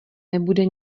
nebude